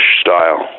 style